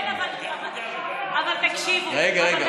כן, אבל תקשיבו, אבל תקשיבו.